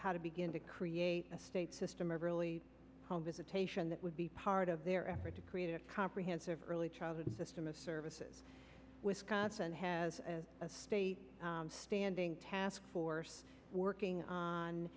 how to begin to create a state system of early home visitation that would be part of their effort to create a comprehensive early childhood system of services wisconsin has a state standing taskforce working on